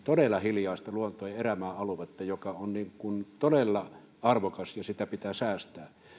todella hiljaista luontoa ja erämaa aluetta joka on todella arvokas ja jota pitää säästää